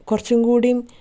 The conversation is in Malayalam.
കുറച്ചും കൂടിയും